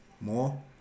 more